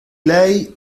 lei